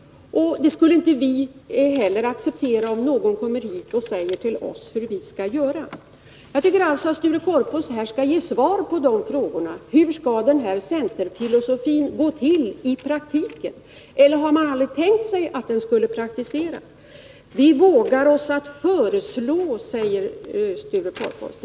Vi skulle inte heller acceptera om någon kommer hit och säger till oss hur vi skall göra. Jag tycker alltså att Sture Korpås skall ge svar på frågorna: Hur skall den här centerfilosofin genomföras i praktiken? Eller har man aldrig tänkt sig att den skulle praktiseras? ”Vi vågar föreslå”, säger Sture Korpås.